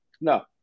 no